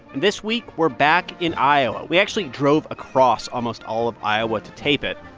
this week we're back in iowa. we actually drove across almost all of iowa to tape it,